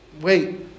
wait